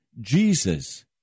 Jesus